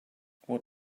what